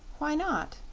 why not?